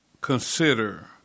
consider